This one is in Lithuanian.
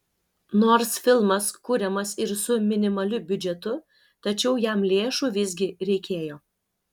nors filmas kuriamas ir su minimaliu biudžetu tačiau jam lėšų visgi reikėjo